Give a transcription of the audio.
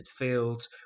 midfield